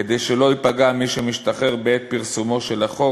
כדי שלא ייפגע מי שמשתחרר בעת פרסומו של החוק,